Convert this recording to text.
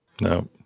No